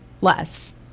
less